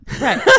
Right